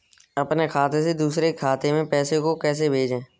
अपने खाते से दूसरे के खाते में पैसे को कैसे भेजे?